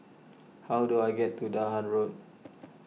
how do I get to Dahan Road